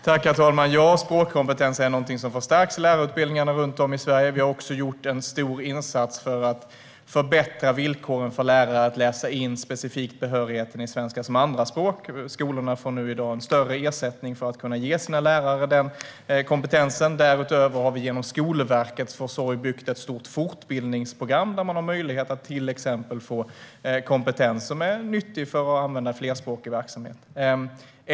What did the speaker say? Herr talman! Språkkompetens är någonting som förstärks i lärarutbildningarna runt om i Sverige. Vi har också gjort en stor insats för att förbättra villkoren för lärare när det gäller att läsa in specifikt behörigheten i svenska som andraspråk. Skolorna får i dag större ersättning för att ge sina lärare den kompetensen. Därutöver har vi, genom Skolverkets försorg, byggt ett stort fortbildningsprogram där man har möjlighet att till exempel få kompetens som är nyttig att använda i flerspråkig verksamhet.